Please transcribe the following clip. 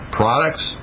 products